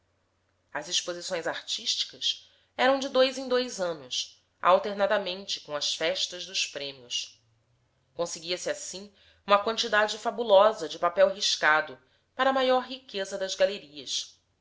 as exposições artísticas eram de dois em dois anos alternadamente com as festas dos prêmios conseguia se assim uma quantidade fabulosa de papel riscado para maior riqueza das galerias